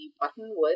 buttonwood